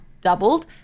doubled